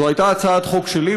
זו הייתה הצעת חוק שלי,